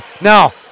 Now